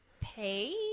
pay